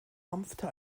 mampfte